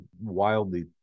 wildly